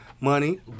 money